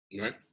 Right